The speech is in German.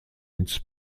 ins